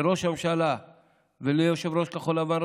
לראש הממשלה וליושב-ראש כחול לבן,